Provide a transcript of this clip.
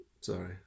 sorry